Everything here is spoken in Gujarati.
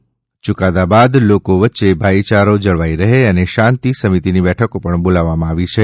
યુકાદા બાદ લોકો વચ્ચે ભાઈયારો જળવાઈ રહે તે માટે શાંતિ સમિતિની બેઠકો પણ બોલાવવામાં આવી છે